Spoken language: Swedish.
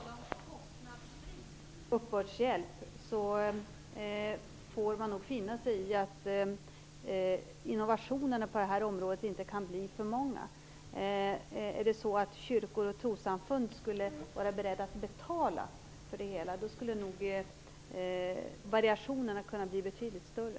Fru talman! Eftersom vi hela tiden pratar om kostnadsfri uppbördshjälp får man nog finna sig i att innovationerna på det här området inte kan bli så många. Om kyrkor och trossamfund vore beredda att betala skulle nog variationerna kunna bli betydligt större.